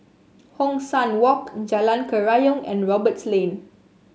Hong San Walk Jalan Kerayong and Roberts Lane